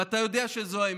ואתה יודע שזו האמת.